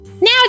now